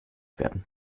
werden